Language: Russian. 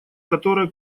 которая